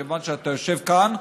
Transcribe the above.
כיוון שאתה יושב כאן: